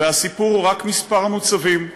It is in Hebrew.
והסיפור הוא רק מספר המוצבים.